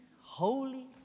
holy